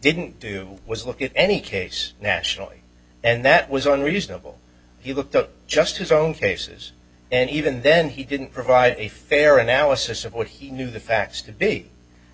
didn't do was look at any case nationally and that was only reasonable he looked at just his own cases and even then he didn't provide a fair analysis of what he knew the facts to be